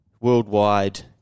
worldwide